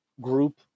group